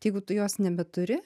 jeigu tu jos nebeturi